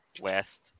West